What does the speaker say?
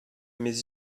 mes